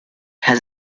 has